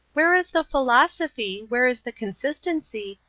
where is the philosophy, where is the consistency,